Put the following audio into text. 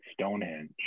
Stonehenge